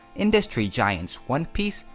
industry giants one piece,